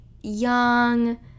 young